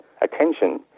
attention